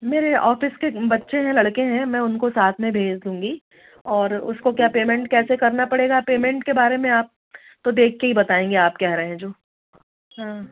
मेरे ऑफ़िस के बच्चे हैं लड़के हैं मैं उनको साथ में भेज दूँगी और उसको क्या पेमेंट कैसे करना पड़ेगा पेमेंट के बारे में आप तो देख कर ही बताएँगे आप कह रहे हैं जो हँ